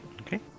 Okay